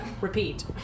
Repeat